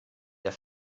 der